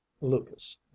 Lucas